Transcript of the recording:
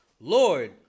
Lord